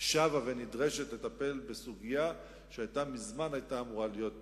שבה ונדרשת לטפל בסוגיה שמזמן היתה אמורה להיות פתורה.